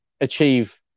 achieve